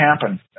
happen